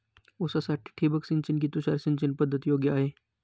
ऊसासाठी ठिबक सिंचन कि तुषार सिंचन पद्धत योग्य आहे?